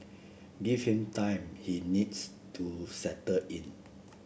give him time he needs to settle in